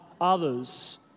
others